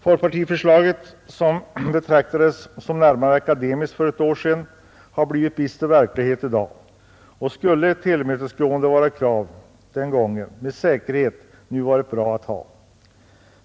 Folkpartiförslaget, som för ett år sedan betraktades som nästan akademiskt, har blivit bister verklighet i dag. Ett tillmötesgående av våra krav förra året skulle nu med säkerhet varit bra.